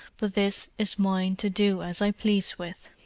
but this is mine to do as i please with.